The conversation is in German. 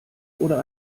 oder